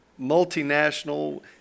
multinational